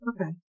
Okay